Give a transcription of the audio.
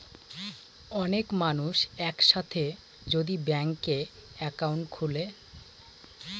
অনেক মানুষ এক সাথে যদি ব্যাংকে একাউন্ট খুলে